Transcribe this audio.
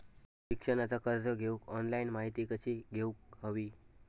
शिक्षणाचा कर्ज घेऊक ऑनलाइन माहिती कशी घेऊक हवी?